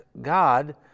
God